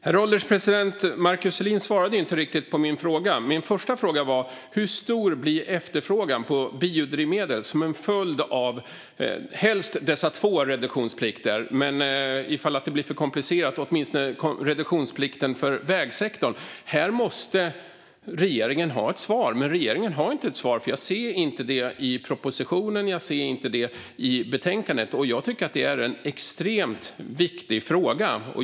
Herr ålderspresident! Markus Selin svarade inte riktigt på min fråga. Min första fråga var: Hur stor blir efterfrågan på biodrivmedel som en följd av dessa helst två reduktionsplikter, men ifall det blir för komplicerat, åtminstone reduktionsplikten för vägsektorn? Här måste regeringen ha ett svar. Men regeringen har inte ett svar. Jag ser det inte i propositionen. Jag ser det inte i betänkandet. Det är en extremt viktig fråga.